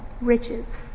riches